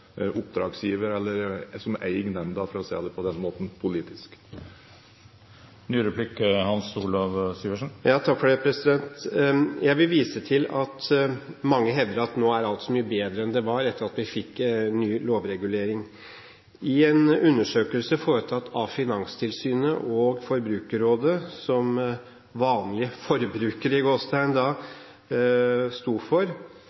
oppdragsgiver, eller som eier nemnda, for å si det på den måten, politisk. Jeg vil vise til at mange hevder at nå er alt så mye bedre enn det var, etter at vi fikk ny lovregulering. En undersøkelse foretatt av Finanstilsynet og Forbrukerrådet som vanlige forbrukere sto for, såkalt «Mystery shopping»-test, viser at det var gjennomført 30 kundemøter. 14 av disse kundene ble rådet til å låne penger for